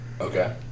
Okay